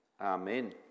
amen